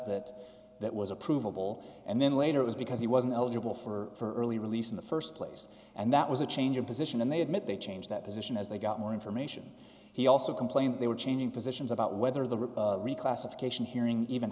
that that was a provable and then later it was because he wasn't eligible for early release in the st place and that was a change of position and they admit they changed that position as they got more information he also complained they were changing positions about whether the ripple reclassification hearing even